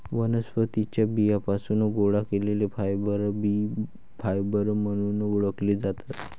वनस्पतीं च्या बियांपासून गोळा केलेले फायबर बीज फायबर म्हणून ओळखले जातात